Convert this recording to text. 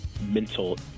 mental